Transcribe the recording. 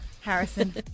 Harrison